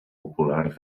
popular